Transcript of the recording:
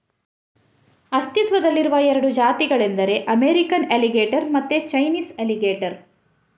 ಅಸ್ತಿತ್ವದಲ್ಲಿರುವ ಎರಡು ಜಾತಿಗಳೆಂದರೆ ಅಮೇರಿಕನ್ ಅಲಿಗೇಟರ್ ಮತ್ತೆ ಚೈನೀಸ್ ಅಲಿಗೇಟರ್